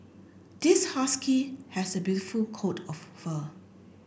this husky has a beautiful coat of fur